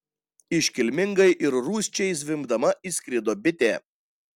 iškilmingai ir rūsčiai zvimbdama įskrido bitė